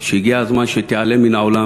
שהגיע הזמן שהיא תיעלם מהעולם.